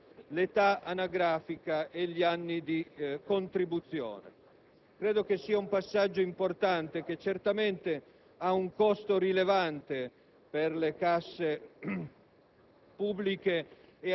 combinando insieme l'età anagrafica e gli anni di contribuzione. Credo che questo rappresenti un passaggio importante che certamente ha un costo rilevante per le casse